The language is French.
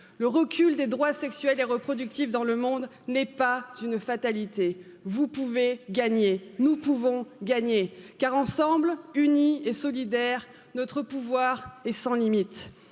le recul des droits sexuels et reproductifs dans le monde, n'est pas une fatalité, vous pouvez gagner, nous pouvons gagner, car ensembles unis et solidaires, notre pouvoir est sans limite,